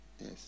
Yes